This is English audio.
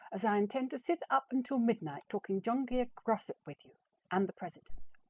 as i intend to sit up until midnight talking john grier gossip with you and the president.